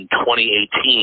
2018